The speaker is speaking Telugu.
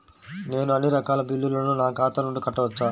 నేను అన్నీ రకాల బిల్లులను నా ఖాతా నుండి కట్టవచ్చా?